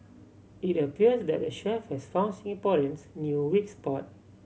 it appears that the chef has found Singaporeans' new weak spot